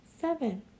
seven